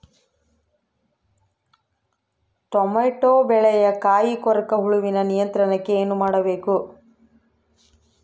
Tomato ಬೆಳೆಯ ಕಾಯಿ ಕೊರಕ ಹುಳುವಿನ ನಿಯಂತ್ರಣಕ್ಕೆ ಏನು ಮಾಡಬೇಕು?